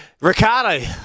Ricardo